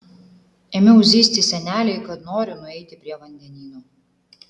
ėmiau zyzti senelei kad noriu nueiti prie vandenyno